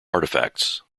artifacts